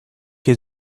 que